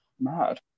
Mad